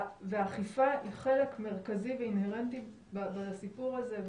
והאכיפה היא חלק מרכזי ואינהרנטי בסיפור הזה,